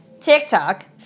TikTok